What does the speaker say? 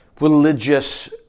religious